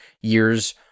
years